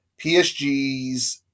PSG's